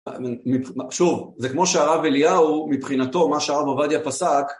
שוב, זה כמו שהרב אליהו מבחינתו, מה שהרב עבדיה פסק